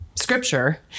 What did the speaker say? scripture